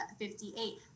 58